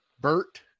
Bert